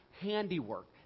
handiwork